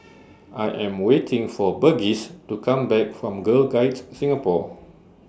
I Am waiting For Burgess to Come Back from Girl Guides Singapore